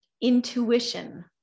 intuition